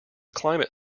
climate